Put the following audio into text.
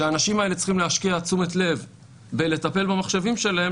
כשהאנשים האלה צריכים להשקיע תשומת לב בלטפל במחשבים שלהם,